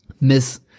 miss